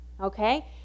okay